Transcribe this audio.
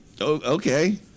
okay